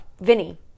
Vinny